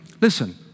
listen